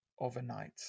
overnight